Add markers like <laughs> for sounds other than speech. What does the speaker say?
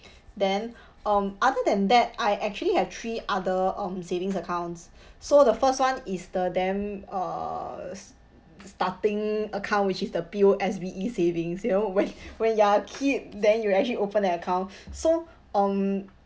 <breath> then um other than that I actually have three other um savings accounts <breath> so the first [one] is the damn uh s~ starting account which is the P_O_S_B_E savings you know when <laughs> when you are kid then you actually open that account <breath> so um